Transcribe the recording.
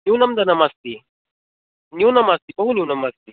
न्यूनं धनम् अस्ति न्यूनमस्ति बहु न्यूनम् अस्ति